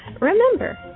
Remember